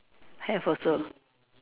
have also